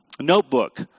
notebook